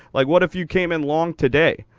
like, what if you came in long today?